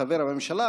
חבר בממשלה.